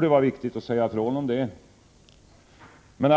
Det var viktigt att säga ifrån om det, då